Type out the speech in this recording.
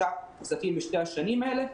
וחילקה כספים בשנתיים האלה.